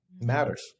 matters